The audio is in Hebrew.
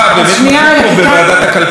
באמת מחוק פה: בוועדת הכלכלה,